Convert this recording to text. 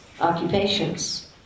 occupations